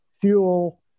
fuel